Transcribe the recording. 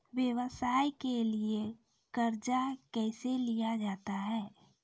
व्यवसाय के लिए कर्जा कैसे लिया जाता हैं?